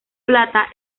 plata